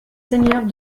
seigneurs